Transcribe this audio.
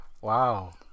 Wow